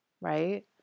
Right